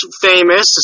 famous